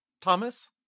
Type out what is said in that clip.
Thomas